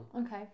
Okay